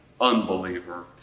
unbeliever